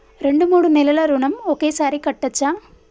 రెండు మూడు నెలల ఋణం ఒకేసారి కట్టచ్చా?